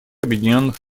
объединенных